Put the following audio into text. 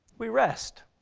we rest.